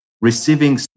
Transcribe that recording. receiving